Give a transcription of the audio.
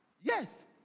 Yes